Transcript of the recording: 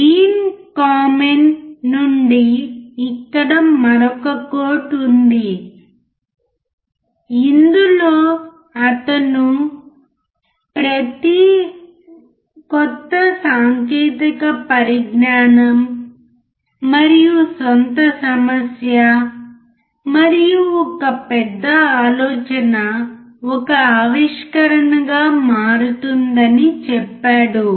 Deen Kamen నుండి ఇక్కడ మరొక కోట్ ఉంది ఇందులో అతను ప్రతీ ఒక కొత్త సాంకేతిక పరిజ్ఞానం మరియు సొంత సమస్య మరియు ఒక పెద్ద ఆలోచన ఒక ఆవిష్కరణగా మారుతుందని చెప్పాడు